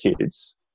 kids